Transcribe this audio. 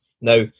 Now